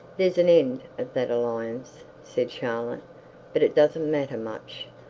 there's an end of that alliance said charlotte but it doesn't matter much.